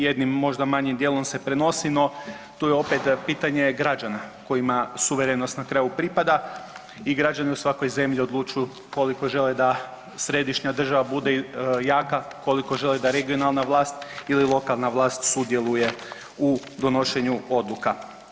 Jednim možda manjim dijelom se prenosi, no tu je opet pitanje građana kojima suverenost na kraju pripada i građani u svakoj zemlji odlučuju koliko žele da središnja država bude jaka, koliko žele da regionalna vlast ili lokalna vlast sudjeluje u donošenju odluka.